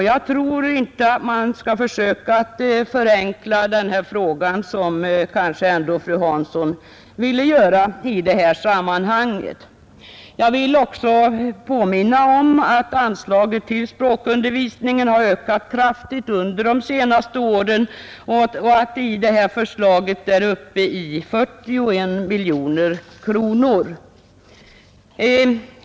Jag tror inte att man skall försöka förenkla denna problematik, som fru Hansson kanske ändå vill göra i detta sammanhang. Jag vill. också påminna om att anslaget till språkundervisningen har ökat kraftigt under de senaste åren och att det i detta förslag är uppe i 41 miljoner kronor.